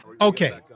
Okay